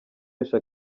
guhesha